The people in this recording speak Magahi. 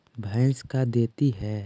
भैंस का देती है?